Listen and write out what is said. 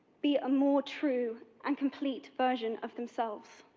be a more true and complete version of themselves.